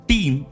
Team